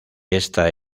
esta